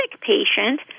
patient